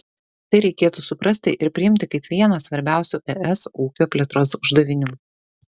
tai reikėtų suprasti ir priimti kaip vieną svarbiausių es ūkio plėtros uždavinių